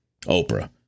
Oprah